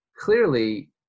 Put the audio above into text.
clearly